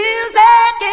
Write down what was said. Music